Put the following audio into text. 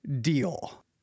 deal